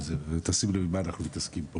קוד ותשים לב עם מה אנחנו מתעסקים פה,